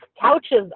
Couches